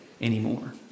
anymore